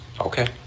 Okay